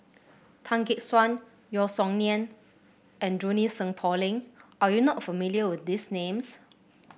Tan Gek Suan Yeo Song Nian and Junie Sng Poh Leng are you not familiar with these names